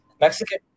Mexican